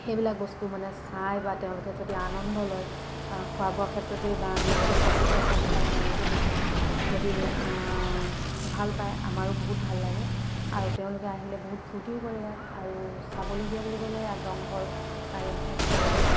সেইবিলাক বস্তু তেওঁলোকে চাই বা তেওঁলোকে যদি আনন্দ লয় খোৱা বোৱাৰ ক্ষেত্ৰতে বা নৃত্যৰ ক্ষেত্ৰতেই হওক বা তেওঁলোকে সেইখিনিত যদি ভাল পাই আমাৰো বহুত ভাল লাগে আৰু তেওঁলোকে আহিলে বহুত ফূৰ্তিও কৰে ইয়াত আৰু চাবলগীয়া বুলি ক'লে ইয়াত ৰংঘৰ কাৰেংঘৰ শিৱদ'ল